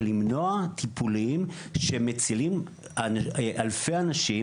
ולמנוע טיפולים שמצילים אלפי אנשים.